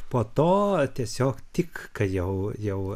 po to tiesiog tik kai jau jau